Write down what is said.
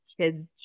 kids